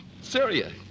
Syria